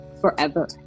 forever